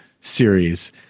series